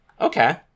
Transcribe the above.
Okay